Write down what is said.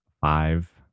five